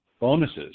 bonuses